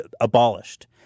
abolished